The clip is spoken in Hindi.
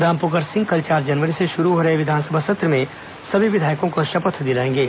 रामपुकार सिंह कल चार जनवरी से शुरू हो रहे विधानसभा सत्र में सभी विधायकों को शपथ दिलाएंगे